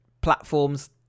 platforms